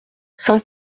saint